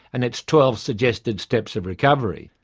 and its twelve suggested steps of recovery.